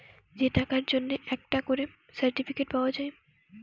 যে টাকার জন্যে একটা করে সার্টিফিকেট পাওয়া যায়